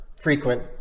frequent